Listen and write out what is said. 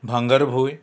भांगरभूंय